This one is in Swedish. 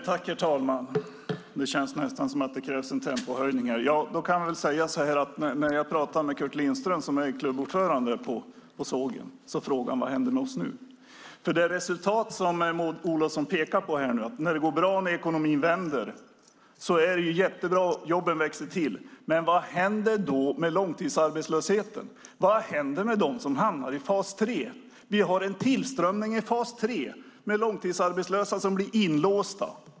Herr talman! Det känns nästan som att det krävs en tempohöjning här. När jag talade med Curt Lindström, som är klubbordförande på sågen, frågade han vad som händer med dem nu. Det resultat som Maud Olofsson pekar på är att det går bra nu när ekonomin vänder. Det är jättebra att jobben växer till, men vad händer med de långtidsarbetslösa? Vad händer med dem som hamnar i fas 3? Vi har en tillströmning i fas 3 där långtidsarbetslösa blir inlåsta.